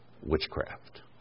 witchcraft